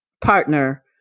partner